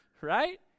right